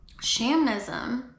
Shamanism